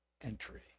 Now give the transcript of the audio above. entry